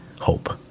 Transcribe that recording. hope